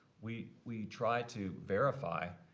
we we try to verify,